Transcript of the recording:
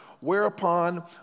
whereupon